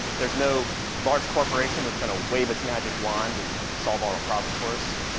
there's no large corporation that's going to wave its magic wand and solve all our problems for us.